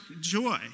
joy